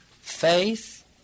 faith